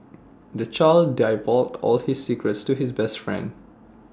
the child divulged all his secrets to his best friend